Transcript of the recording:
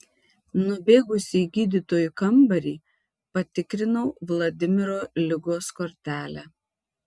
nubėgusi į gydytojų kambarį patikrinau vladimiro ligos kortelę